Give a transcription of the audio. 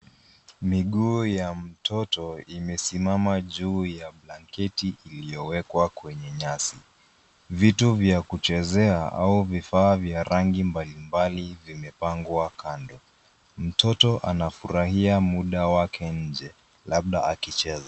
Miguu ya mtoto imesimama juu ya blanketi iliyowekwa kwenye nyasi. Vitu vya kuchezea au vifaa vya rangi mbalimbali vimepangwa kando. Mtoto anafurahia muda wake nje, labda akicheza.